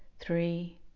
three